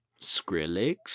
Skrillex